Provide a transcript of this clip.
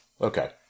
Okay